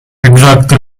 exactly